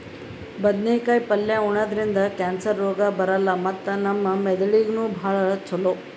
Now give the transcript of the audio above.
ಬದ್ನೇಕಾಯಿ ಪಲ್ಯ ಉಣದ್ರಿಂದ್ ಕ್ಯಾನ್ಸರ್ ರೋಗ್ ಬರಲ್ಲ್ ಮತ್ತ್ ನಮ್ ಮೆದಳಿಗ್ ನೂ ಭಾಳ್ ಛಲೋ